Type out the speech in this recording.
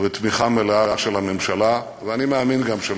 אבל בתמיכה מלאה של הממשלה, ואני מאמין שגם של